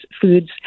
foods